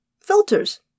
filters